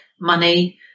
money